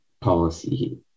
policy